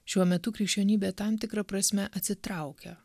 šiuo metu krikščionybė tam tikra prasme atsitraukia